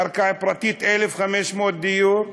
קרקע פרטית, 1,500 יחידות דיור,